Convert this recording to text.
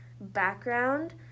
background